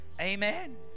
Amen